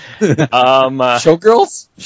Showgirls